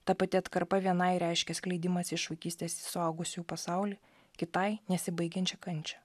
ta pati atkarpa vienai reiškia skleidimąsi iš vaikystės į suaugusiųjų pasaulį kitai nesibaigiančią kančią